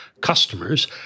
customers